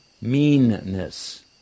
Meanness